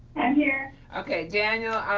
and here. okay, daniel.